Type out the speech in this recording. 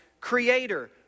creator